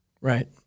Right